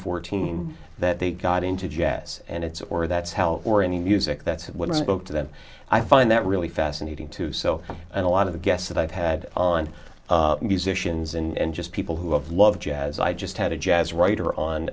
fourteen that they got into jazz and it's or that's hell or any music that's what it's book to them i find that really fascinating to so and a lot of the guests that i've had on musicians and just people who love love jazz i just had a jazz writer on